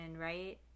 right